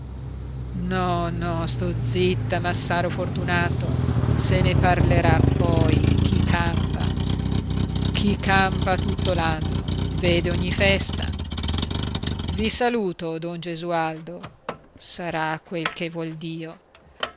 no no sto zitta massaro fortunato se ne parlerà poi chi campa chi campa tutto l'anno vede ogni festa i saluto don gesualdo sarà quel che vuol dio